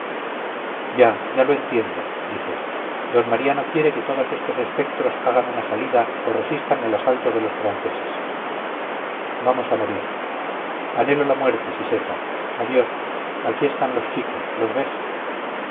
ya ya lo entiendo dije d mariano quiere que todos estos espectros hagan una salida o resistan el asalto de los franceses vamos a morir anhelo la muerte siseta adiós aquí están los chicos los ves